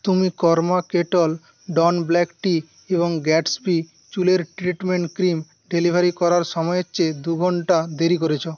তুমি Karma Kettle ডন black tea এবং গ্যাটসবি চুলের ট্রিটমেন্ট ক্রিম ডেলিভারি করার সময়ের চেয়ে দু ঘন্টা দেরি করেছো